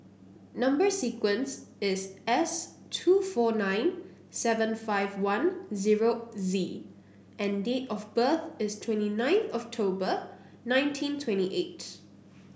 number sequence is S two four nine seven five one zero Z and date of birth is twenty nine October nineteen twenty eight